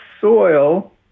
soil